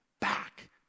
back